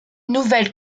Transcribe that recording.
nouvelle